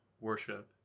worship